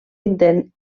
intent